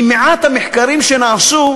שממעט המחקרים שנעשו,